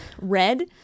red